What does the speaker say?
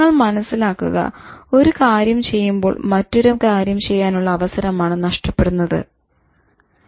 നിങ്ങൾ മനസിലാക്കുക ഒരു കാര്യം ചെയ്യുമ്പോൾ മറ്റൊരു കാര്യം ചെയ്യാനുള്ള അവസരമാണ് നഷ്ടപെടുന്നതെന്ന്